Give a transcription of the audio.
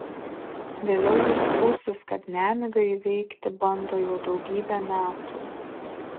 vėliau ji skųsis kad nemigą įveikti bando jau daugybę metų